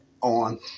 on